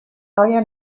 آیا